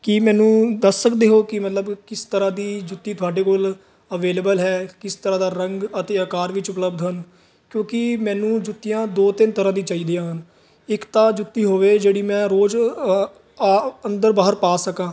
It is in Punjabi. ਕੀ ਮੈਨੂੰ ਦੱਸ ਸਕਦੇ ਹੋ ਕਿ ਮਤਲਬ ਕਿਸ ਤਰ੍ਹਾਂ ਦੀ ਜੁੱਤੀ ਤੁਹਾਡੇ ਕੋਲ ਅਵੇਲੇਬਲ ਹੈ ਕਿਸ ਤਰ੍ਹਾਂ ਦਾ ਰੰਗ ਅਤੇ ਆਕਾਰ ਵਿੱਚ ਉਪਲਬਧ ਹਨ ਕਿਉਂਕਿ ਮੈਨੂੰ ਜੁੱਤੀਆਂ ਦੋ ਤਿੰਨ ਤਰ੍ਹਾਂ ਦੀ ਚਾਹੀਦੀਆਂ ਹਨ ਇੱਕ ਤਾਂ ਜੁੱਤੀ ਹੋਵੇ ਜਿਹੜੀ ਮੈਂ ਰੋਜ਼ ਆ ਅੰਦਰ ਬਾਹਰ ਪਾ ਸਕਾਂ